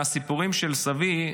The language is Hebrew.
מהסיפורים של סבי,